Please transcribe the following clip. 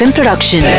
Production